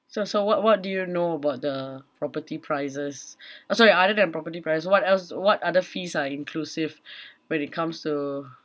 so so what what do you know about the property prices oh sorry other than property prices what else what other fees are inclusive when it comes to